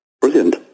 Brilliant